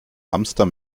hamster